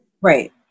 Right